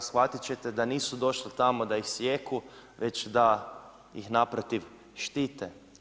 Shvatit ćete da nisu došli tamo da ih sijeku već da ih naprotiv štite.